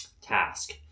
task